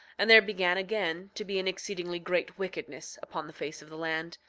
and there began again to be an exceedingly great wickedness upon the face of the land,